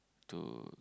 to